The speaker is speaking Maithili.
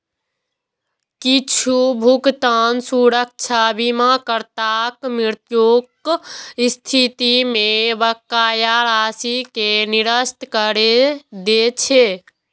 किछु भुगतान सुरक्षा बीमाकर्ताक मृत्युक स्थिति मे बकाया राशि कें निरस्त करै दै छै